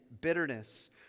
bitterness